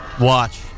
Watch